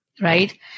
right